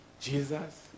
Jesus